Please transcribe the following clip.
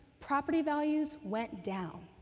property values went down,